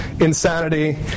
Insanity